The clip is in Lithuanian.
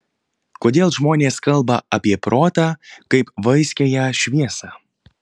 kodėl žmonės kalba apie protą kaip vaiskiąją šviesą